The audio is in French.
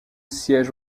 siège